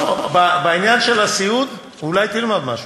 לא, בעניין של הסיעוד אולי תלמד משהו.